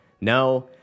No